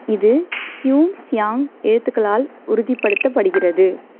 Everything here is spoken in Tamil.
இது ஹியூ சியாங் எழுத்துக்களால் உறுதிப்படுத்தப்படுகிறது